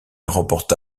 remporta